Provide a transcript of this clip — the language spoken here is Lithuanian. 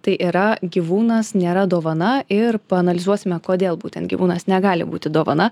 tai yra gyvūnas nėra dovana ir paanalizuosime kodėl būtent gyvūnas negali būti dovana